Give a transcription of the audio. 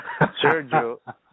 Sergio